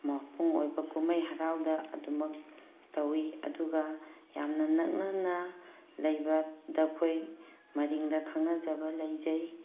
ꯃꯄꯨꯡ ꯑꯣꯏꯕ ꯀꯨꯝꯍꯩ ꯍꯔꯥꯎꯗ ꯑꯗꯨꯝꯃꯛ ꯇꯧꯋꯤ ꯑꯗꯨꯒ ꯌꯥꯝꯅ ꯅꯛꯅꯅ ꯂꯩꯕꯗ ꯑꯩꯈꯣꯏ ꯃꯔꯤꯡꯗ ꯈꯪꯅꯖꯕ ꯂꯩꯖꯩ